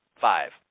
Five